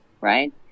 right